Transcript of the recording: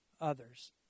others